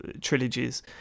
trilogies